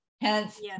hence